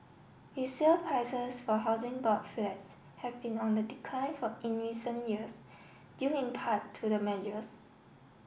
resale prices for Housing Board flats have been on the decline for in recent years due in part to the measures